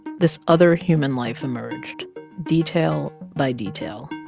this other human life emerged detail by detail.